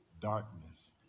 darkness